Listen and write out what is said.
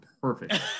perfect